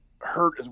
hurt